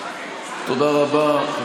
תודה רבה.